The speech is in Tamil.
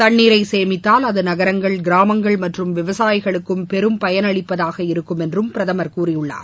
தண்ணீரை சுமித்தால் அது நகரங்கள் கிராமங்கள் மற்றும் விவசாயிகளுக்கும் பெரும் பயனளிப்பதாக இருக்கும் என்றும் பிரதமர் கூறியுள்ளார்